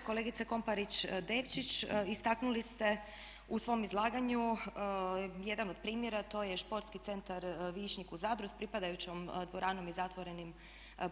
Kolegice Komparić Devčić, istaknuli ste u svom izlaganju jedan od primjera, to je Športski centar Višnjik u Zadru s pripadajućom dvoranom i zatvorenim